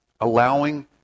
allowing